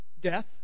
Death